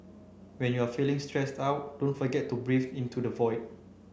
when you are feeling stressed out don't forget to breathe into the void